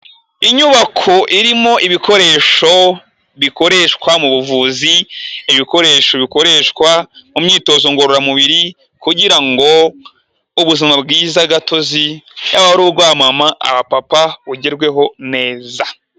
Inyubako irimo ibikoresho bikoreshwa mu buvuzi, ibikoresho bikoreshwa mu myitozo ngororamubiri kugira ngo ubuzima bwiza gatozi yaba ari ubw'abamama, abapapa bugerweho neza.